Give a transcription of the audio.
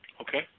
Okay